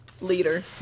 leader